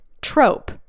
trope